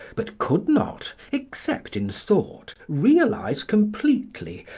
but could not, except in thought, realise completely,